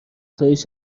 افزایش